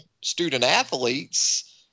student-athletes